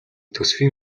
төсвийн